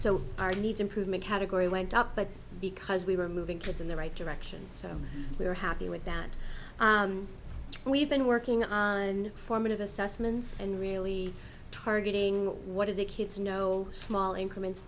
so our needs improvement category went up but because we were moving kids in the right direction so we were happy with that and we've been working on formative assessments and really targeting what are the kids you know small increments